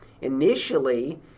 initially